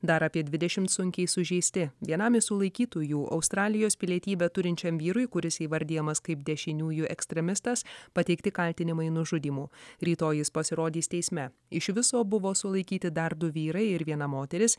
dar apie dvidešim sunkiai sužeisti vienam iš sulaikytųjų australijos pilietybę turinčiam vyrui kuris įvardijamas kaip dešiniųjų ekstremistas pateikti kaltinimai nužudymu rytoj jis pasirodys teisme iš viso buvo sulaikyti dar du vyrai ir viena moteris